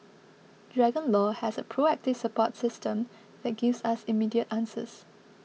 Dragon Law has a proactive support system that gives us immediate answers